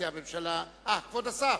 כבוד השר,